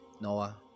Noah